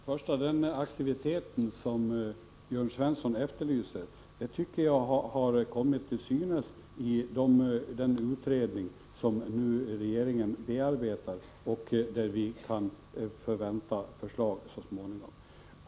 Herr talman! Den aktivitet som Jörn Svensson efterlyser tycker jag har kommit till synes i den utredning som regeringen nu bearbetar. Här kan vi förvänta oss ett förslag så småningom.